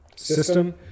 System